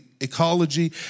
ecology